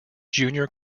junior